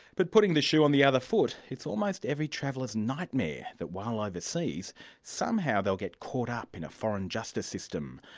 but putting the shoe on the other foot, it's almost every traveller's nightmare that while overseas somehow they'll get caught up in a foreign justice system,